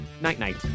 Night-night